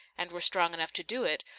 and were strong enough to do it,